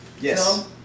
Yes